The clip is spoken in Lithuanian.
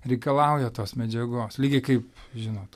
reikalauja tos medžiagos lygiai kaip žinot